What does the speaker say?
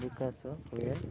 ବିକାଶ ହୁଏ